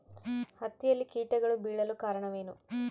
ಹತ್ತಿಯಲ್ಲಿ ಕೇಟಗಳು ಬೇಳಲು ಕಾರಣವೇನು?